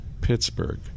Pittsburgh